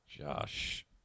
Josh